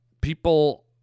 people